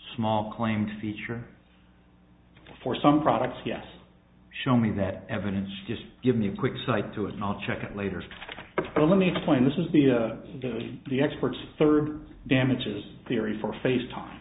small claims feature for some products yes show me that evidence just give me a quick cite to and i'll check it later but let me explain this is the a good the experts third damages theory for face time